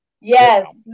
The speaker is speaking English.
Yes